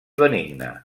benigne